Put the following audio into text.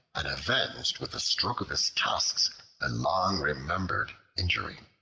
and avenged with a stroke of his tusks a long-remembered injury.